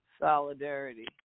solidarity